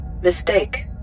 Mistake